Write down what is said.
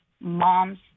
moms